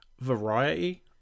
variety